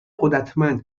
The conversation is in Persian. قدرتمند